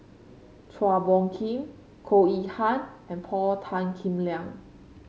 Chua Phung Kim Goh Yihan and Paul Tan Kim Liang